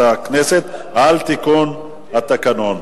הכנסת על תיקון התקנון.